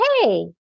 hey